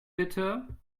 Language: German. bitte